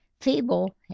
feeble